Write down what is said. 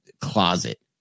closet